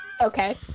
okay